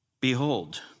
Behold